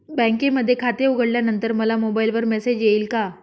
बँकेमध्ये खाते उघडल्यानंतर मला मोबाईलवर मेसेज येईल का?